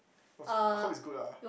I hope it's good ah